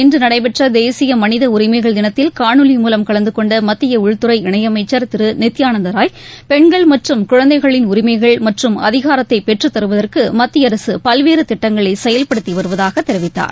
இன்றுநடைபெற்றதேசியமனிதஉரிமைகள் புகில்லியில் தினத்தில் காணொலி மூலம் கலந்துகொண்டமத்தியஉள்துறை இணையமைச்சர் திருநித்யானந்தராய் பெண்கள் மற்றும் குழந்தைகளின் உரிமைகள் மற்றும் அதிகாரத்தைபெற்றத்தருவதற்குமத்திய அரசுபல்வேறதிட்டங்களைசெயல்படுத்திவருவதாகதெரிவித்தார்